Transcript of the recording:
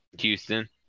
Houston